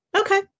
Okay